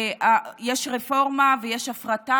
יש רפורמה ויש הפרטה,